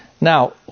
Now